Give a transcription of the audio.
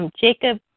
Jacob